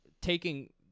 taking